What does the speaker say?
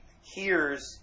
hears